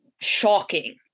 shocking